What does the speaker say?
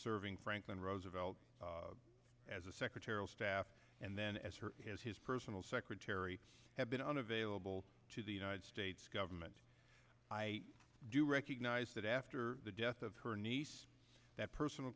serving franklin roosevelt as a secretarial staff and then as her as his personal secretary have been unavailable to the united states government i do recognize that after the death of her niece that personal